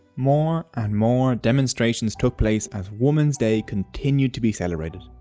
more and more demonstrations took place as woman's day continued to be celebrated.